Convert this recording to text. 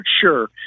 Sure